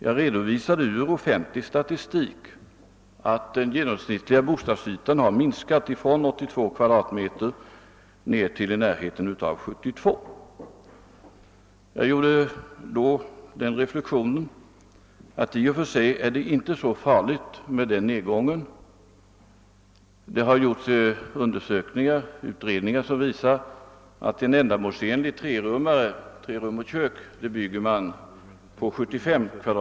Jag redovisade från offentlig statistik att den genomsnittliga bostadsytan i nyproduktionen har minskat från 82 m? till ungefär 72 m? och jag gjorde därvid den reflexionen att denna nedgång i och för sig inte var så farlig. Det har företagits utredningar som visar att man kan bygga en ändamålsenlig lägenhet om tre rum och kök på en lägenhetsyta av 75 m2.